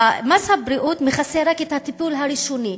מס הבריאות מכסה רק את הטיפול הראשוני.